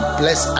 bless